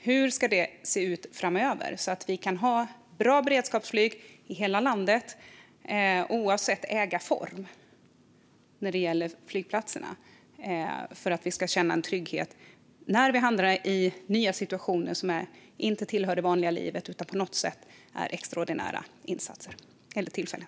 Hur ska det se ut framöver så att vi kan ha bra beredskapsflyg i hela landet, oavsett ägarform när det gäller flygplatserna, och känna trygghet när vi hamnar i nya situationer som inte tillhör det vanliga livet utan på något sätt är extraordinära insatser eller tillfällen?